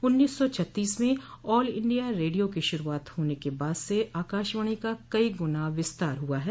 उन्नीस सौ छत्तीस में ऑल इंडिया रेडियो की शुरूआत के बाद से आकाशवाणी का कई गुना विस्तार हुआ है